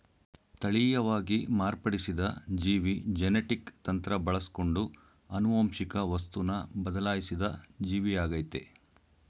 ತಳೀಯವಾಗಿ ಮಾರ್ಪಡಿಸಿದ ಜೀವಿ ಜೆನೆಟಿಕ್ ತಂತ್ರ ಬಳಸ್ಕೊಂಡು ಆನುವಂಶಿಕ ವಸ್ತುನ ಬದ್ಲಾಯ್ಸಿದ ಜೀವಿಯಾಗಯ್ತೆ